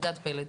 אלדד פלד.